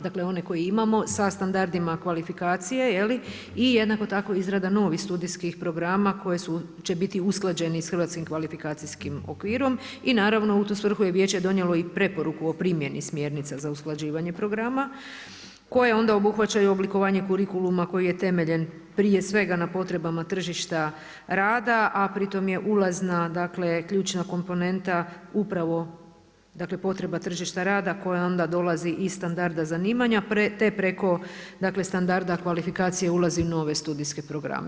Dakle, one koje imamo sa standardima kvalifikacije i jednako tako izrada novih studijskih programa koje će biti usklađeni sa hrvatskim kvalifikacijskim okvirom i naravno u tu svrhu je vijeće donijelo i preporuku o primjeni smjernica za usklađivanje programa koje onda obuhvaćaju oblikovanje kurikuluma koje je temeljem prije svega na potrebama tržišta rada a pritom je ulazna, ključna komponenta upravo potreba tržišta rad koja onda dolazi iz standarda zanimanja te preko standarda kvalifikacija ulazi u nove studijske programe.